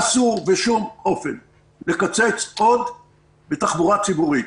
אסור בשום אופן לקצץ עוד בתחבורה ציבורית.